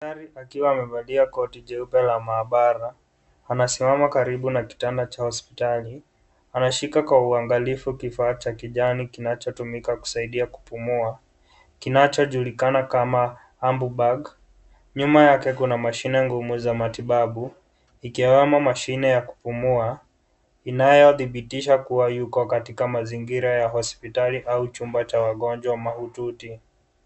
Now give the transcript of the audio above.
Daktari akiwa amevalia koti jeupe la maabara, anasimama karibu na kitanda cha hospitali, anashika kwa uangalifu kifaa cha kijani kinachotumika kusaidia kupumua, kinachojulikana kama ambubag . Nyuma yake kuna mashine ngumu za matibabu, ikiwemo mashine ya kupumua, inayothibitisha kuwa yuko katika mazingira ya hospitali au chumba cha wagonjwa mahututi.